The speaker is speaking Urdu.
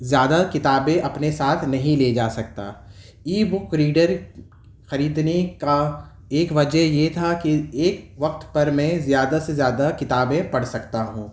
زیادہ کتابیں اپنے ساتھ نہیں لے جا سکتا ای بک ریڈر خریدنے کا ایک وجہ یہ تھا کہ ایک وقت پر میں زیادہ سے زیادہ کتابیں پڑھ سکتا ہوں